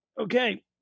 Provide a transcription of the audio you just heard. Okay